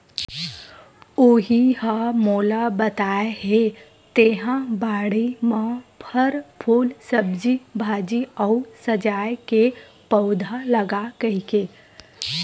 उहीं ह मोला बताय हे तेंहा बाड़ी म फर, फूल, सब्जी भाजी अउ सजाय के पउधा लगा कहिके